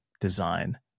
design